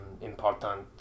important